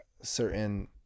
certain